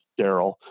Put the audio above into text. Daryl